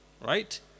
right